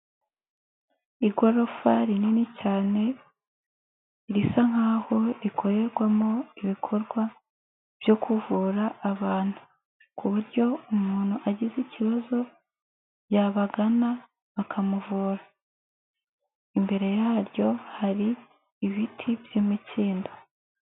Igorofa rinini cyane risa nkaho rikorerwamo ibikorwa byo kuvura abantu, ku buryo umuntu agize ikibazo yabagana bakamuvura, imbere yaryo hari ibiti by'imikindo.